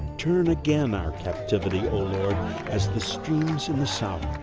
turn again our captivity oh lord as the streams in the south.